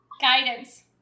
guidance